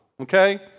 okay